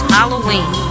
Halloween